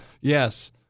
Yes